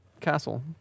castle